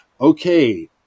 okay